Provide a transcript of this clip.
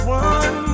one